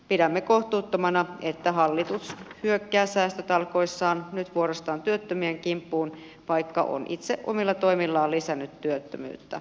pidämme kohtuuttomana että hallitus hyökkää säästötalkoissaan nyt vuorostaan työttömien kimppuun vaikka on itse omilla toimillaan lisännyt työttömyyttä